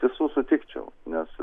visų sutikčiau nes